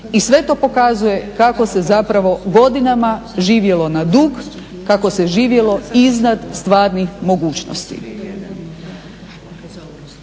i sve to pokazuje kako se zapravo godinama živjelo na dug, kako se živjelo iznad stvarnih mogućnosti.